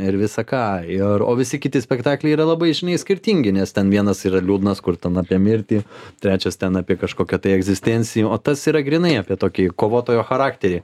ir visa ką ir o visi kiti spektakliai yra labai skirtingi nes ten vienas yra liūdnas kur ten apie mirtį trečias ten apie kažkokią tai egzistenciją o tas yra grynai apie tokį kovotojo charakterį